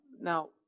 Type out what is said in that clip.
Now